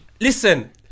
Listen